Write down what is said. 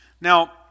Now